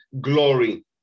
glory